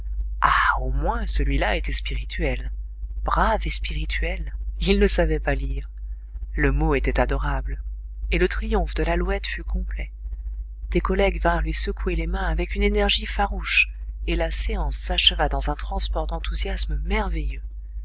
au moins celui-là était spirituel brave et spirituel il ne savait pas lire le mot était adorable et le triomphe de lalouette fut complet des collègues vinrent lui secouer les mains avec une énergie farouche et la séance s'acheva dans un transport d'enthousiasme merveilleux